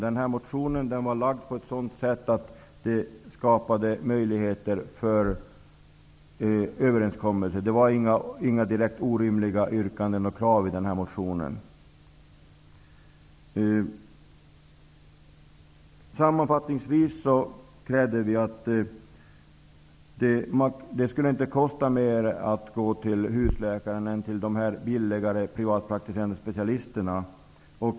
Den motionen skapade möjligheter för överenskommelser. Det fanns inte några direkt orimliga yrkanden eller krav i motionen. Sammanfattningsvis krävde vi att det inte skulle kosta mer att gå till husläkaren än till de billigare privatpraktiserande specialisterna.